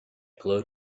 glowed